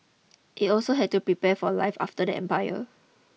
it also had to prepare for life after the empire